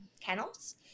kennels